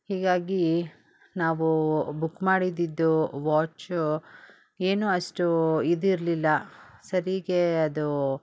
ಹೀಗಾಗಿ ನಾವು ಬುಕ್ ಮಾಡಿದಿದ್ದು ವಾಚು ಏನು ಅಷ್ಟು ಇದಿರಲಿಲ್ಲ ಸರಿಗೆ ಅದು